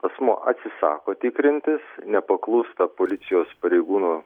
asmuo atsisako tikrintis nepaklūsta policijos pareigūnų